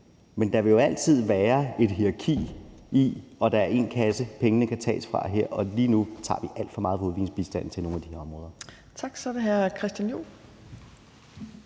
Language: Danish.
men der vil jo altid være et hierarki, og der er én kasse, pengene kan tages fra, og lige nu tager vi alt for meget fra udviklingsbistanden til nogle af de her områder. Kl. 15:32 Tredje næstformand